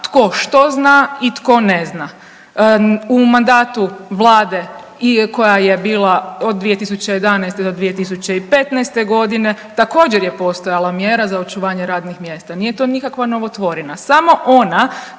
tko što zna i tko ne zna. U mandatu Vlade koja je bila od 2011. do 2015. godine također je postojala mjera za očuvanje radnih mjesta. Nije to nikakva novotvorina. Samo ona